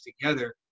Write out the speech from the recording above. together